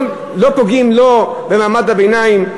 לא פוגעים לא במעמד הביניים,